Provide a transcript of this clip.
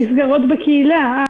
דיור?